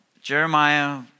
Jeremiah